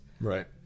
Right